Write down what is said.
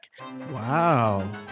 wow